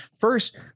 first